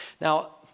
Now